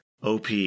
OP